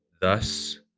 Thus